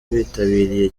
bitabiriye